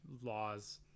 laws